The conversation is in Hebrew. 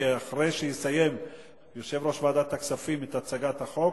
כי אחרי שיסיים יושב-ראש ועדת הכנסת להציג את הצעת החוק,